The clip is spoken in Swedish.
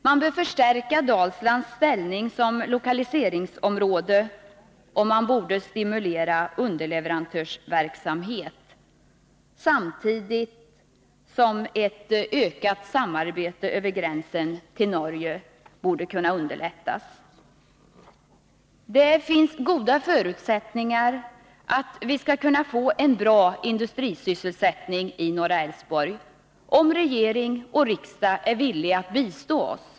Man bör förstärka Dalslands ställning som lokaliseringsområde och man bör stimulera underleverantörsverksamhet samtidigt som ett ökat samarbete över gränsen till Norge bör kunna underlättas. Det finns goda förutsättningar för att vi skall kunna få en bra industrisysselsättning i norra Älvsborgs län, om regering och riksdag är villiga att bistå oss.